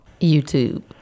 YouTube